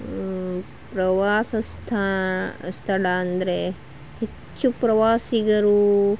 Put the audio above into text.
ಪ್ರವಾಸ ಸ್ಥಳ ಅಂದರೆ ಹೆಚ್ಚು ಪ್ರವಾಸಿಗರು